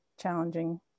challenging